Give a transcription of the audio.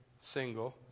single